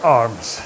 arms